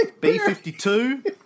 B-52